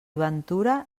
ventura